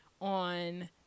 on